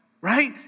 Right